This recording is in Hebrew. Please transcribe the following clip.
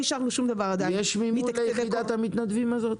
יש מימון ליחידת המתנדבים הזאת?